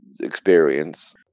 experience